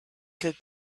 could